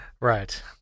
right